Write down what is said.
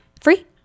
free